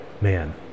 Man